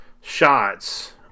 shots